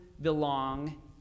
belong